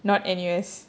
not N_U_S